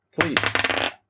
Please